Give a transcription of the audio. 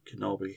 Kenobi